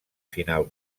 final